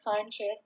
conscious